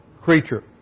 creature